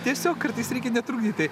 tiesiog kartais reikia netrukdyti